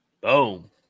Boom